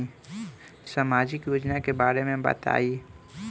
सामाजिक योजना के बारे में बताईं?